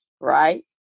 right